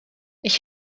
ich